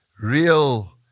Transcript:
real